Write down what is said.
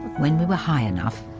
when we were high enough,